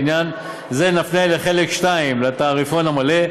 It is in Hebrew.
לעניין זה נפנה לחלק 2 לתעריפון המלא,